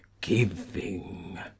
giving